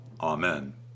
Amen